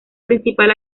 principal